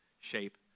shape